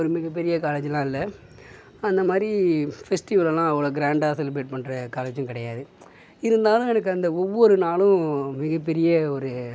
ஒரு மிகப்பெரிய காலேஜிலாம் இல்லை அந்தமாதிரி ஃபெஸ்டிவலெல்லாம் அவ்வளோ கிராண்டாக செலிப்ரேட் பண்ணுற காலேஜும் கிடையாது இருந்தாலும் எனக்கு அந்த ஒவ்வொரு நாளும் மிகப்பெரிய ஒரு